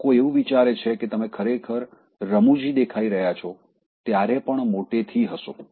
લોકો એવું વિચારે છે કે તમે ખરેખર રમુજી દેખાઈ રહ્યા છો ત્યારે પણ મોટેથી હસો